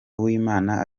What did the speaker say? uwimana